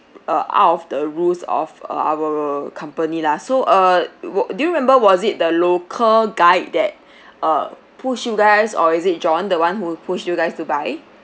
uh out of the rules of uh our company lah so err w~ do you remember was it the local guide that uh push you guys or is it john the one who push you guys to buy